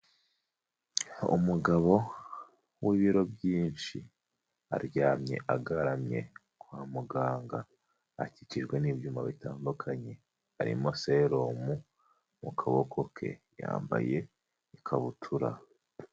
Umugabo w'ibiro byinshi aryamye agaramye kwa muganga, akikijwe n'ibyuma bitandukanye, arimo serumu mu kaboko ke, yambaye ikabutura.